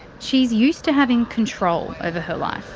she's used to having control over her life.